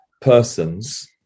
persons